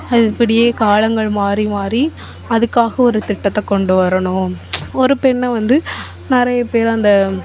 அது இப்படியே காலங்கள் மாறி மாறி அதுக்காக ஒரு திட்டத்தை கொண்டு வரணும் ஒரு பெண்ணை வந்து நிறைய பேர் அந்த